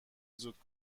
زود